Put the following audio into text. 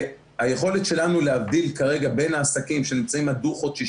היכולת שלנו להבדיל כרגע בין העסקים שנמצאים על דו-חודשי,